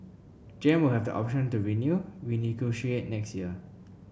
Gem will have an option to renew renegotiate next year